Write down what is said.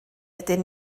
ydyn